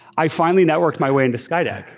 i finally networked my way into skydeck.